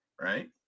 right